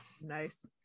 Nice